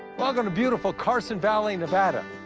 welcome to beautiful carson valley, nevada,